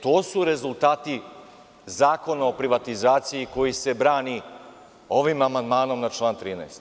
To su rezultati Zakona o privatizaciji koji se brani ovim amandmanom na član 13.